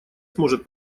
сможет